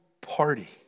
party